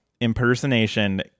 impersonation